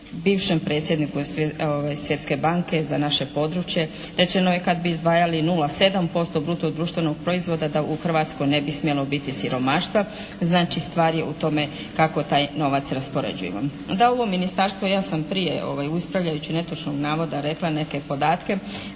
bivšem predsjedniku Svjetske banke za naše područje rečeno je kad bi izdvajali 0,7% bruto društvenog proizvoda da u Hrvatskoj ne bi smjelo biti siromaštva. Znači stvar je u tome kako taj novac raspoređujemo. Da ovo ministarstvo, ja sam prije ispravljajući netočnog navoda rekla neke podatke,